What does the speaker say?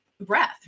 breath